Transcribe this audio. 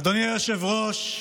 אדוני היושב-ראש,